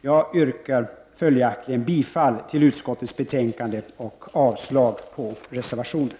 Jag yrkar följaktligen bifall till utskottets hemställan och avslag på reservationen.